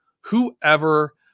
whoever